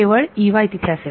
केवळ तिथे असेल